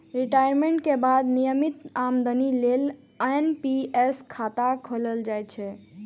retirement के बाद नियमित आमदनी लेल एन.पी.एस खाता खोलाएल जा सकै छै